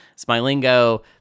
Smilingo